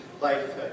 life